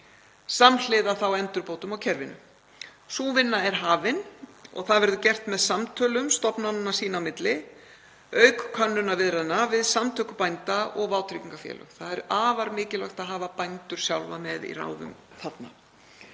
samhliða endurbótum á kerfinu. Sú vinna er hafin og það verður gert með samtölum stofnananna sín á milli auk könnunarviðræðna við samtök bænda og vátryggingafélög. Það er afar mikilvægt að hafa bændur sjálfa með í ráðum þarna.